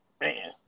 man